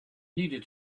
needed